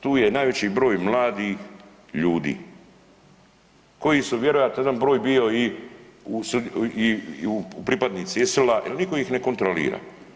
Tu je najveći broj mladih ljudi koji su vjerojatno jedan broj bio i, i u pripadnici ISIL-a jel niko ih ne kontrolira.